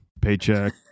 paycheck